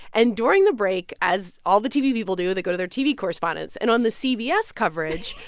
and during the break, as all the tv people do, they go to their tv correspondents. and on the cbs coverage,